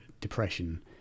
depression